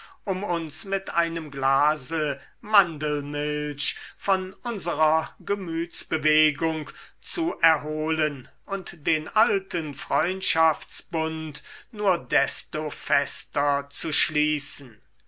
um uns mit einem glase mandelmilch von unserer gemütsbewegung zu erholen und den alten freundschaftsbund nur desto fester zu schließen